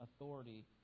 authority